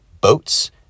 boats